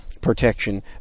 protection